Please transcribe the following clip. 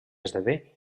esdevé